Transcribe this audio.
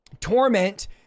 torment